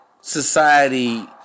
society